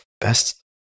best